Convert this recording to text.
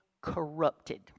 corrupted